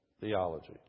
theology